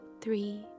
three